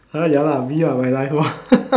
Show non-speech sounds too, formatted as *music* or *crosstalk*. !huh! ya lah me ah my life lor *laughs*